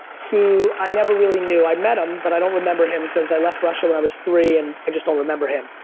who i never really knew. i met him, but i don't remember him because i left russia when i was three and i just don't remember him.